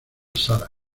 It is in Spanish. sarah